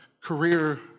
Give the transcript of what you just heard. career